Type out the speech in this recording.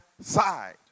side